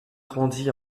grandi